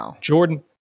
Jordan